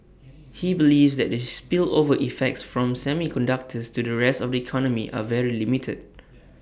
he believes that the spillover effects from semiconductors to the rest of economy are very limited